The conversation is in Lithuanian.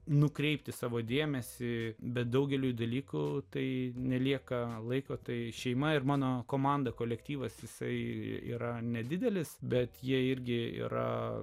nukreipti savo dėmesį bet daugeliui dalykų tai nelieka laiko tai šeima ir mano komanda kolektyvas jisai yra nedidelis bet jie irgi yra